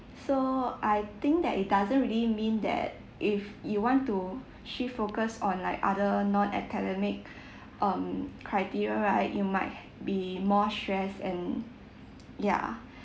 so I think that it doesn't really mean that if you want to shift focus on like other non academic um criteria right you might be more stressed and yeah